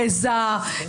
גזע,